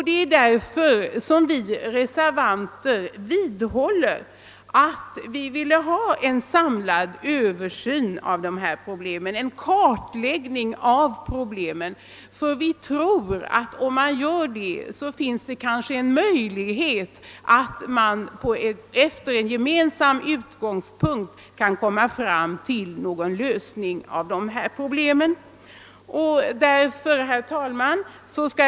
Det är därför vi reservanter vidhåller att vi vill ha en samlad översyn av dessa problem, en kartläggning av problemen. Vi tror nämligen att man härigenom skulle kunna komma fram till en utgångspunkt för en lösning av dessa problem. Herr talman!